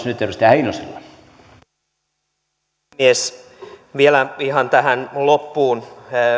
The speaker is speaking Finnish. herra puhemies vielä ihan tähän loppuun